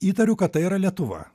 įtariu kad tai yra lietuva